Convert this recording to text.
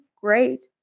great